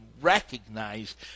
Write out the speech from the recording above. recognize